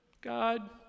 God